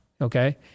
Okay